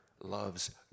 loves